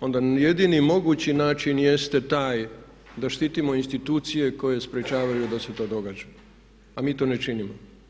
onda jedini mogući način jeste taj da štitimo institucije koje sprječavaju da se to događa a mi to ne činimo.